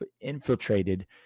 infiltrated